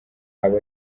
abo